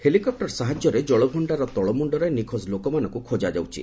helicopter ସାହାଯ୍ୟରେ ଜଳଭଣ୍ଡାରର ତଳମୁଣ୍ଡରେ ନିଖୋଜ ଲୋକମାନଙ୍କୁ ଖୋଜାଯାଉଛି